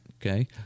okay